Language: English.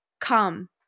come